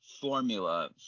formula